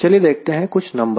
चलिए देखते हैं कुछ नंबर